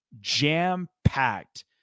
jam-packed